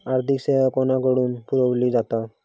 आर्थिक सेवा कोणाकडन पुरविली जाता?